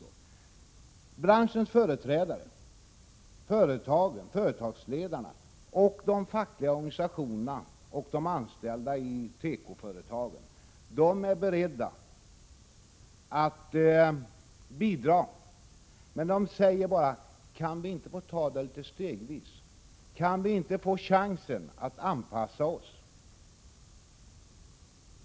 Branschens företrädare — företagen, företagsledarna, de fackliga organisationerna och de anställda i tekoföretagen — är beredda att bidra, men de säger: Kan vi inte få ta det hela stegvis? Kan vi inte få chansen att anpassa oss?